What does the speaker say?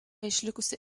išlikusi